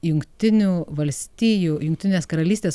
jungtinių valstijų jungtinės karalystės